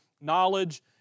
knowledge